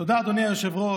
תודה, אדוני היושב-ראש.